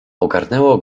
ogarnęło